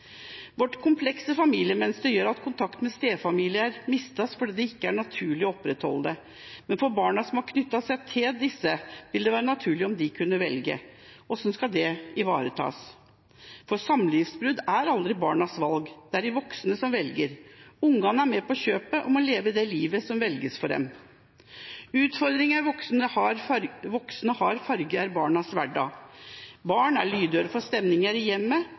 Vårt komplekse familiemønster gjør at kontakten med stefamilien mistes, fordi det ikke er naturlig å opprettholde den. Men for barna som har knyttet seg til disse, ville det vært naturlig om de kunne velge. Hvordan kan det ivaretas? Samlivsbrudd er aldri barnas valg, det er de voksne som velger. Barna er med på kjøpet og må leve det livet som velges for dem. Utfordringer voksne har, farger barnas hverdag. Barn er lydhøre for stemninger i hjemmet.